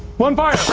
one, fire.